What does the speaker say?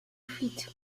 fifth